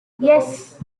yes